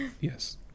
Yes